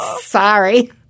Sorry